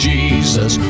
Jesus